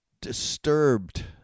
disturbed